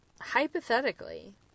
hypothetically